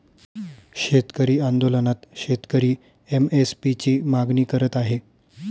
शेतकरी आंदोलनात शेतकरी एम.एस.पी ची मागणी करत आहे